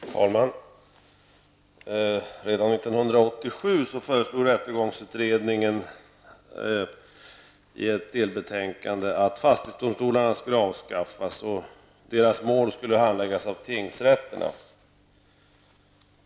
Herr talman! Redan 1987 föreslog rättegångsutredningen i ett delbetänkande att fastighetsdomstolarna skulle avskaffas och att deras mål skulle handläggas av tingsrätterna.